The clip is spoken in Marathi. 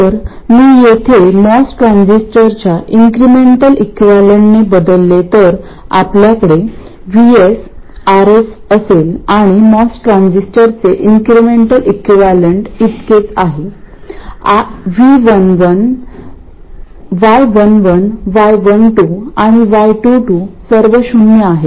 तर मी येथे मॉस ट्रान्झिस्टरच्या इन्क्रिमेंटल इक्विवलेंटने बदलले तर आपल्याकडे VS RS असेल आणि मॉस ट्रान्झिस्टरचे इन्क्रिमेंटल इक्विवलेंट इतकेच आहे y11 y12 आणि y22 सर्व शून्य आहेत